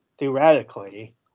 Theoretically